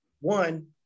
One